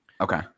Okay